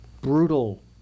brutal